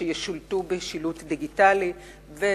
ישולטו בשילוט דיגיטלי לפחות 200 תחנות בשנה,